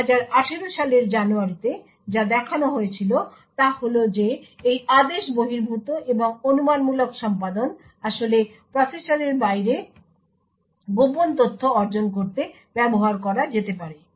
2018 সালের জানুয়ারীতে যা দেখানো হয়েছিল তা হল যে এই আদেশ বহির্ভূত এবং অনুমানমূলক সম্পাদন আসলে প্রসেসরের বাইরের গোপন তথ্য অর্জন করতে ব্যবহার করা যেতে পারে